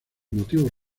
motivos